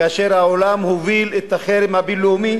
כמו כאשר העולם הוביל את החרם הבין-לאומי